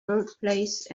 birthplace